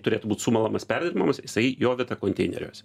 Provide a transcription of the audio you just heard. turėtų būt sumalamas perdirbamas jisai jo vieta konteineriuose